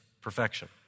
perfection